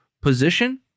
position